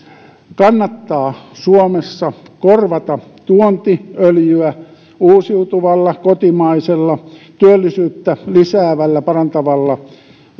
suomessa kannattaa korvata tuontiöljyä uusiutuvalla kotimaisella työllisyyttä lisäävällä parantavalla